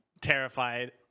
terrified